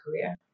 career